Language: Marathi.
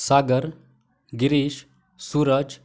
सागर गिरीश सुरज